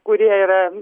kurie yra